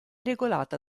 regolata